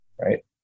right